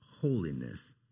holiness